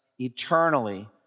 eternally